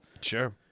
Sure